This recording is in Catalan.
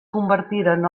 convertiren